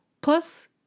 Plus